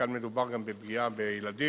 כאן מדובר גם בפגיעה בילדים,